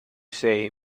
say